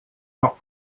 not